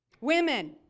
Women